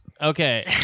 Okay